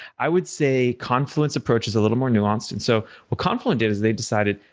i would say confluent's approach is a little more nuanced. and so, what confluent did is they decided,